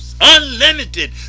unlimited